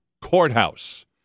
courthouse